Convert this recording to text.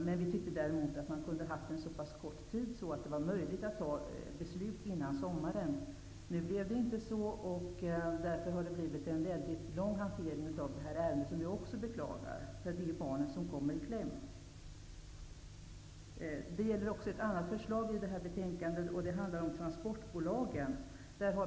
Vi tyckte däremot att man hade kunnat ha en så pass kort tid att det hade varit möjligt att fatta beslut innan sommaren. Det blev nu inte så, och därför har det här ärendet fått en mycket lång hantering. Jag beklagar detta, eftersom det är barnen som kommer i kläm. Det gäller också ett annat förslag i det här betänkandet som handlar om transportbolagen.